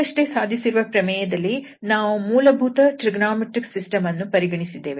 ಈಗಷ್ಟೇ ಸಾಧಿಸಿರುವ ಪ್ರಮೇಯದಲ್ಲಿ ನಾವು ಮೂಲಭೂತ ಟ್ರಿಗೊನೋಮೆಟ್ರಿಕ್ ಸಿಸ್ಟಮ್ ಅನ್ನು ಪರಿಗಣಿಸಿದ್ದೇವೆ